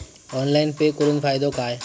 Online pay करुन फायदो काय?